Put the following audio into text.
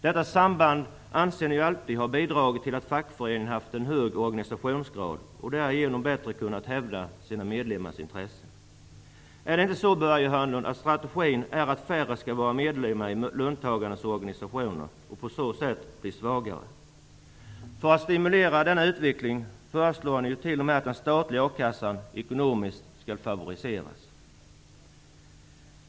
Detta samband anser ni ju alltid har bidragit till att fackföreningarna haft en hög organisationsgrad och därigenom bättre kunnat hävda sina medlemmars intresse. Är det inte så, Börje Hörnlund, att strategin är att färre skall vara medlemmar i löntagarnas organisationer, som på så sätt blir svagare? För att stimulera denna utveckling föreslår ni ju till och med att den statliga a-kassan ekonomiskt skall favoriseras.